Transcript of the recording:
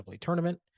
tournament